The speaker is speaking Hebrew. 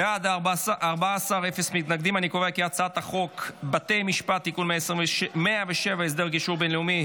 להעביר את הצעת חוק בתי המשפט (תיקון מס' 107) (הסדר גישור בין-לאומי),